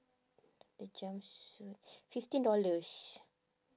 the jumpsuit fifteen dollars